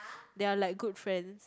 they are like good friends